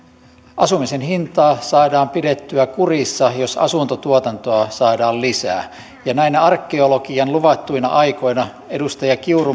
asumisen hinta saadaan pidettyä kurissa jos asuntotuotantoa saadaan lisää ja näinä arkeologian luvattuina aikoina edustaja kiuru